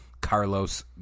Carlos